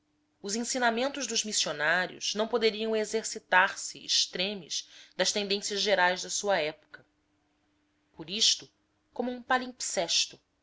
os ensinamentos dos missionários não poderiam exercitar se estremes das tendências gerais da sua época por isto como um